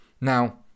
now